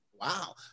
Wow